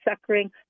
suckering